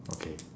okay